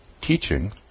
teaching